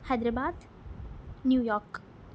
Hyderabad New York